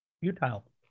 Futile